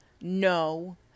no